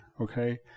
Okay